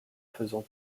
faisant